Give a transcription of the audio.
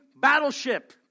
battleship